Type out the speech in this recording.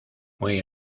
muy